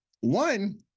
one